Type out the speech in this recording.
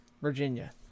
Virginia